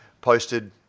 posted